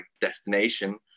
destination